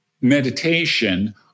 meditation